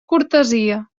cortesia